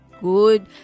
good